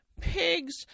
pigs